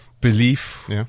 belief